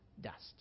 dust